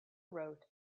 wrote